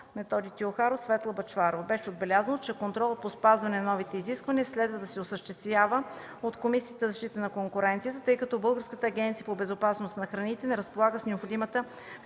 Методи Теохаров и проф. Светла Бъчварова. Беше отбелязано, че контролът по спазване на новите изисквания следва да се осъществява от Комисията за защита на конкуренцията, тъй като Българската агенция по безопасност на храните не разполага с необходимата специфична